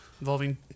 involving